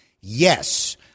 yes